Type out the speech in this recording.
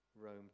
Rome